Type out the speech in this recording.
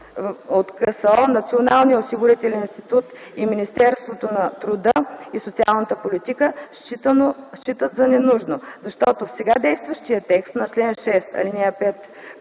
Националният осигурителен институт и Министерството на труда и социалната политика считат за ненужно, защото в сега действащия текст на чл. 6, ал. 5